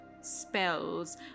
spells